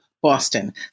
Boston